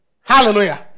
Hallelujah